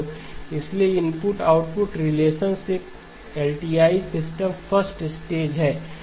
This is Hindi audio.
X1 n K−∞ x nhn−k इसलिए input output relationship LTI system first stage है